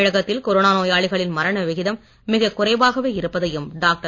தமிழகத்தில் கொரோனா நோயாளிகளின் மரண விகிதம் மிகக் குறைவாகவே இருப்பதையும் டாக்டர்